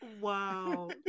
wow